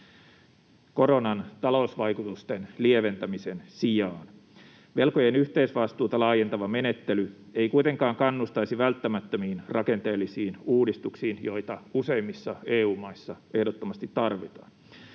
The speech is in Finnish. koronan talousvaikutusten lieventämisen sijaan. Velkojen yhteisvastuuta laajentava menettely ei kuitenkaan kannustaisi välttämättömiin rakenteellisiin uudistuksiin, joita useimmissa EU-maissa ehdottomasti tarvitaan.